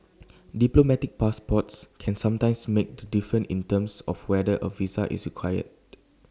diplomatic passports can sometimes make the difference in terms of whether A visa is required